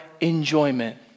enjoyment